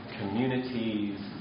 communities